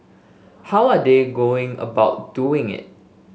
how are they going about doing it